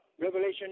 Revelation